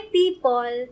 people